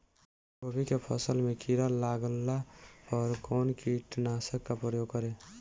गोभी के फसल मे किड़ा लागला पर कउन कीटनाशक का प्रयोग करे?